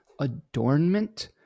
adornment